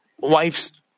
wife's